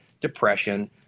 depression